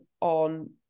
on